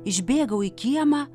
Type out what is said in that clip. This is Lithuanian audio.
išbėgau į kiemą